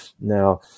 Now